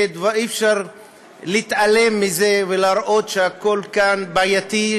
אי-אפשר להתעלם מזה ולהראות שהכול כאן בעייתי,